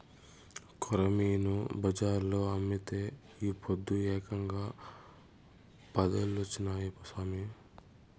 కొరమీను బజార్లో అమ్మితే ఈ పొద్దు ఏకంగా పదేలొచ్చినాయి సామి